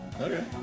Okay